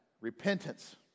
Repentance